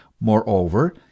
Moreover